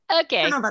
Okay